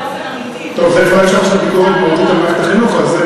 לא מי שלומדת עם שלושה ילדים ביסודי,